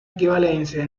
equivalencia